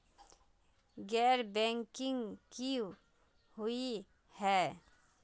गैर बैंकिंग की हुई है?